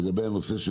לגבי הנושא של